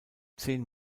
zehn